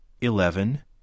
eleven